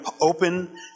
open